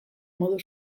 modu